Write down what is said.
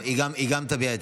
היא גם תביע את